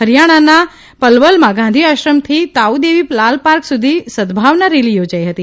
હરિથાણાના પલવલમાં ગાંધીઆશ્રમથી તાઉદેવી લાલપાર્ક સુધી સદભાવના રેલી યોજાઇ હતી